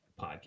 podcast